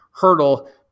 hurdle